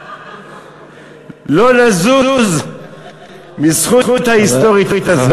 לא נזוז מזכות היסטורית זו.